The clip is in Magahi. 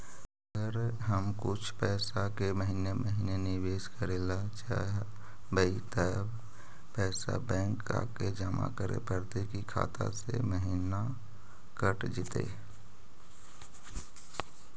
अगर हम कुछ पैसा के महिने महिने निबेस करे ल चाहबइ तब पैसा बैक आके जमा करे पड़तै कि खाता से महिना कट जितै?